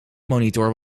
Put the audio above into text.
monitor